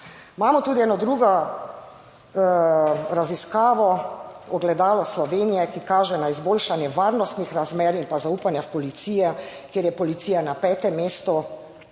Imamo tudi eno drugo raziskavo Ogledalo Slovenije, ki kaže na izboljšanje varnostnih razmer in pa zaupanja v policijo, kjer je policija na 5. mestu;